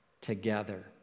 together